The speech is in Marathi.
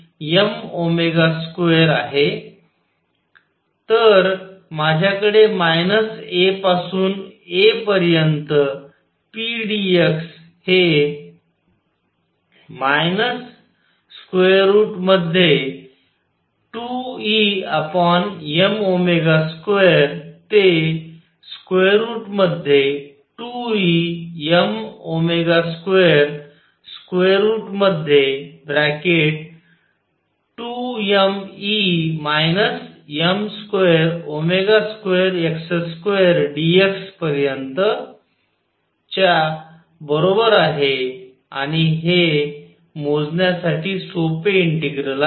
तर माझ्याकडे मायनस A पासून A पर्यंत p dx हे 2Em2 ते 2Em2 √ dx पर्यंत च्या बरोबर आहे आणि हे मोजण्यासाठी सोपे इंटिग्रल आहे